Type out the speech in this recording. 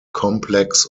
complex